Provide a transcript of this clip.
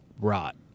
rot